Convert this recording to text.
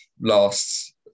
last